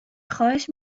خواهش